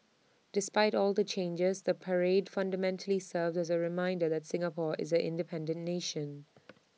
despite all the changes the parade fundamentally serves as A reminder that Singapore is an independent nation